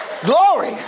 glory